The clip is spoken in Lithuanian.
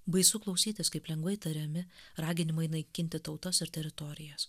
baisu klausytis kaip lengvai tariami raginimai naikinti tautas ir teritorijas